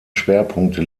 schwerpunkte